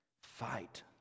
Fight